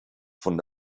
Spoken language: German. von